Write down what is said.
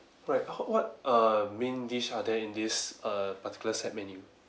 right what uh main dish are there in this err particular set menu